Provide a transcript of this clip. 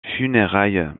funérailles